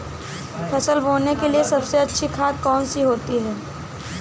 फसल बोने के लिए सबसे अच्छी खाद कौन सी होती है?